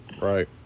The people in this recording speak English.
Right